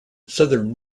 southern